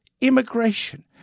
immigration